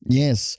yes